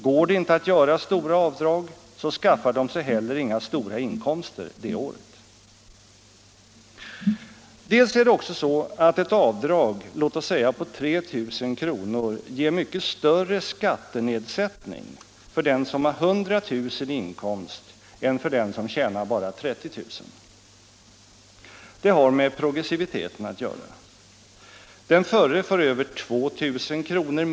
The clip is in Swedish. Går det inte att göra stora avdrag, så skaffar de sig heller inga stora inkomster det året. För det andra är det så att ett avdrag på låt oss säga 3000 kr. ger mycket större skattenedsättning för den som har 100 000 kr. i inkomst än för den som tjänar bara 30 000 kr. Det har med progressiviteten att göra. Den förre får över 2 000 kr.